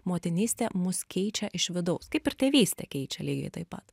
motinystė mus keičia iš vidaus kaip ir tėvystė keičia lygiai taip pat